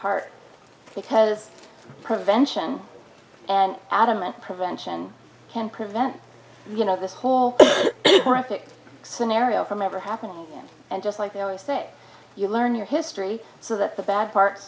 heart because prevention and adamant prevention can prevent you know this whole scenario from ever happening again and just like they always say you learn your history so that the bad part